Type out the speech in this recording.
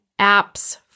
apps